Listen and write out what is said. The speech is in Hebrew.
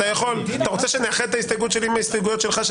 אתה רוצה שנאחד את ההסתייגות שלי עם ההסתייגויות שלך?